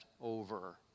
over